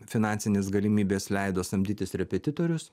finansinės galimybės leido samdytis repetitorius